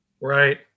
Right